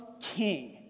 king